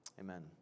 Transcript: amen